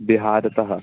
बिहारतः